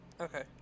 Okay